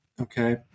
okay